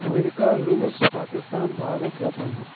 अमैरिका रूस पाकिस्तान भारत जापान